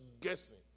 guessing